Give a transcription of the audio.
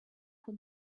who